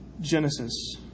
Genesis